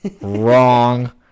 Wrong